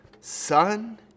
Son